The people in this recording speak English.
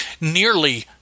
nearly